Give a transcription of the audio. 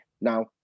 Now